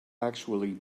actually